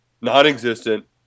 non-existent